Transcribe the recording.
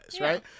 right